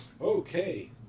Okay